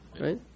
right